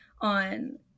on